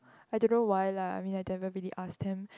I don't know why lah I mean I never really ask him